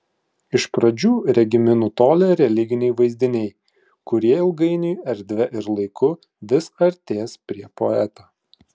iš pradžių regimi nutolę religiniai vaizdiniai kurie ilgainiui erdve ir laiku vis artės prie poeto